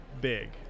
big